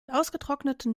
ausgetrockneten